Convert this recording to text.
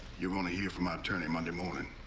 you're gonna hear from my attorney monday morning.